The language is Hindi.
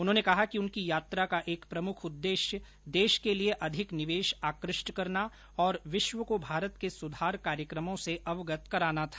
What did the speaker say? उन्होंने कहा कि उनकी यात्रा का एक प्रमुख उद्देश्य देश के लिए अधिक निवेश आकृष्ट करना तथा विश्व को भारत के सुधार कार्यक्रमों से अवगत कराना था